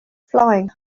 flying